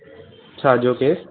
छा जो केस